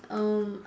um